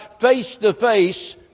face-to-face